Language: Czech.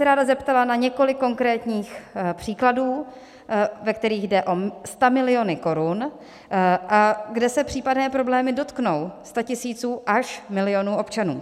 Ráda bych se zeptala na několik konkrétních příkladů, ve kterých jde o stamiliony korun a kde se případné problémy dotknou statisíců až milionů občanů.